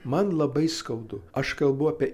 man labai skaudu aš kalbu apie